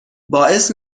باعث